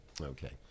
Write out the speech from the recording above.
Okay